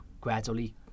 gradually